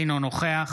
אינו נוכח